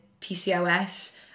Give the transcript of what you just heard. pcos